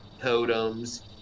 Totems